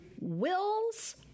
Wills